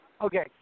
Okay